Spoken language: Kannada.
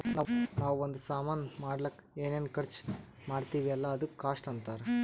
ನಾವೂ ಒಂದ್ ಸಾಮಾನ್ ಮಾಡ್ಲಕ್ ಏನೇನ್ ಖರ್ಚಾ ಮಾಡ್ತಿವಿ ಅಲ್ಲ ಅದುಕ್ಕ ಕಾಸ್ಟ್ ಅಂತಾರ್